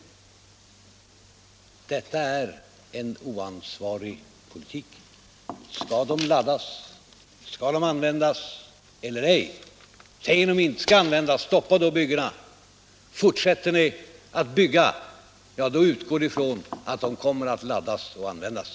Detta är en oansvarig politik. Skall de laddas, skall de användas eller ej? Om de inte skall användas, stoppa då byggena. Fortsätter ni att bygga utgår ni från att de kommer att laddas och användas.